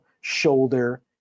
shoulder